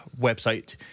website